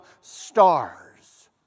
stars